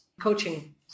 coaching